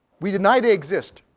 we deny they exist.